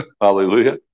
Hallelujah